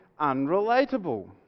unrelatable